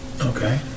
Okay